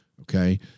okay